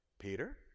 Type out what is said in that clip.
Peter